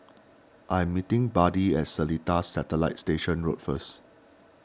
I am meeting Buddy at Seletar Satellite Station Road first